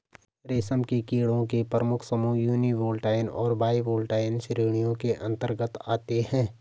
रेशम के कीड़ों के प्रमुख समूह यूनिवोल्टाइन और बाइवोल्टाइन श्रेणियों के अंतर्गत आते हैं